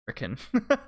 American